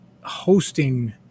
hosting